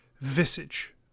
visage